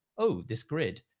oh, this grid.